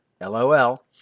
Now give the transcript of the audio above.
LOL